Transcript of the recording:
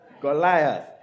goliath